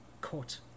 court